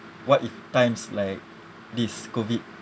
what if times like this COVID